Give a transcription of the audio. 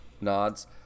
nods